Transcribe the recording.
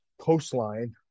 coastline